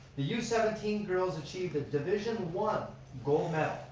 the youth seventeen girls achieved the division one gold medal.